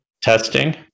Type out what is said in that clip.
Testing